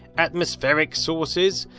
atmospheric sources,